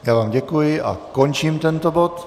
Já vám děkuji a končím tento bod.